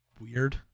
weird